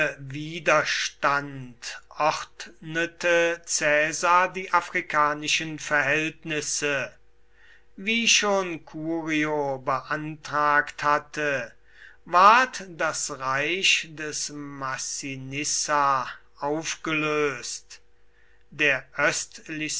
widerstand ordnete caesar die afrikanischen verhältnisse wie schon curio beantragt hatte ward das reich des massinissa aufgelöst der östlichste